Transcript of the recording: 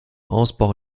ausbau